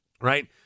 right